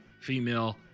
female